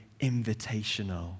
invitational